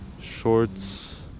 shorts